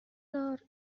دار